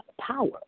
power